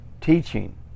teaching